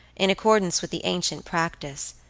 in accordance with the ancient practice,